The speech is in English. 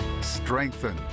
strengthen